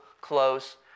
close